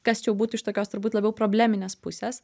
kas čia jau būtų iš tokios turbūt labiau probleminės pusės